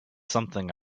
something